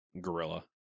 Gorilla